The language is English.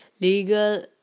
legal